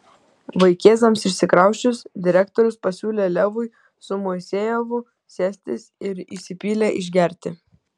vaikėzams išsikrausčius direktorius pasiūlė levui su moisejevu sėstis ir įsipylė išgerti